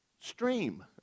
stream